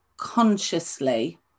consciously